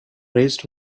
raised